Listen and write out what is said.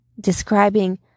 describing